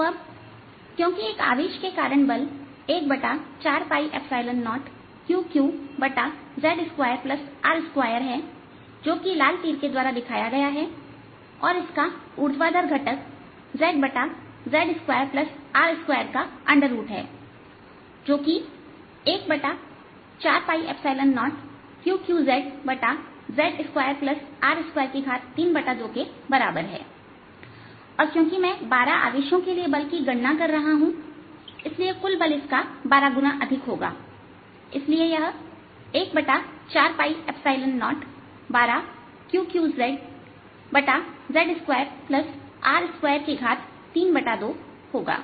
तो अब क्योंकि एक आवेश के कारण बल 140Qqz2R2है जो कि लाल तीर के द्वारा दिखाया गया है और इसका ऊर्ध्वाधर घटक zz2R2है जो कि 140Qqzz2R232के बराबर है और क्योंकि मैं 12 आवेशों के लिए बल की गणना कर रहा हूं इसलिए कुल बल F इसका 12 गुना अधिक होगा इसलिए यह 14012Qqzz2R232 होगा